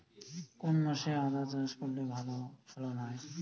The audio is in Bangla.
কোন মাসে আদা চাষ করলে ভালো ফলন হয়?